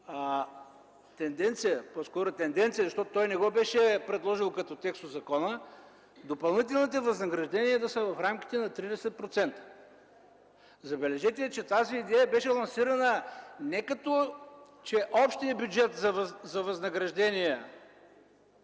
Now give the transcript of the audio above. тенденция, защото той не го беше предложил като текст от закона, допълнителните възнаграждения да са в рамките на 30%. Забележете, че тази идея беше лансирана не като общият бюджет за възнаграждения